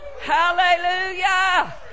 Hallelujah